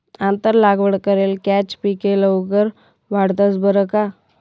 आंतर लागवड करेल कॅच पिके लवकर वाढतंस बरं का